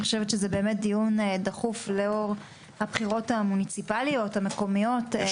לדעתי זה דיון דחוף לאור הבחירות המוניציפאליות המקומיות.